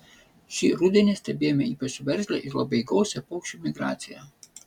šį rudenį stebėjome ypač veržlią ir labai gausią paukščių migraciją